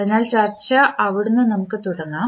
അതിനാൽ ചർച്ച അവിടുന്ന് നമുക്ക് തുടങ്ങാം